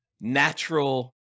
natural